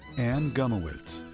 anne gumowitz.